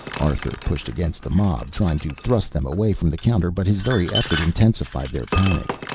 arthur pushed against the mob, trying to thrust them away from the counter, but his very effort intensified their panic.